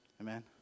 Amen